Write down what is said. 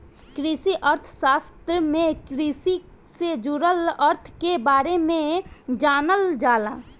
कृषि अर्थशास्त्र में कृषि से जुड़ल अर्थ के बारे में जानल जाला